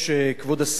כבוד השרה,